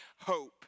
hope